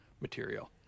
material